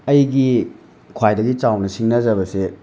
ꯑꯩꯒꯤ ꯈ꯭ꯋꯥꯏꯗꯒꯤ ꯆꯥꯎꯅ ꯁꯤꯡꯅꯖꯕꯁꯦ